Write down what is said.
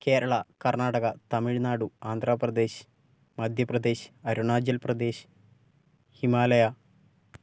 Kerala Karnataka Tamil Nadu Andhra Pradesh Madhya Pradesh Arunachal Pradesh Himalaya